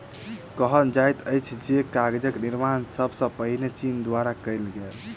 कहल जाइत अछि जे कागजक निर्माण सब सॅ पहिने चीन द्वारा कयल गेल